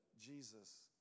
Jesus